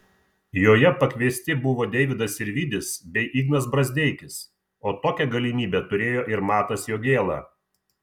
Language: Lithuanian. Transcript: joje pakviesti buvo deividas sirvydis bei ignas brazdeikis o tokią galimybę turėjo ir matas jogėla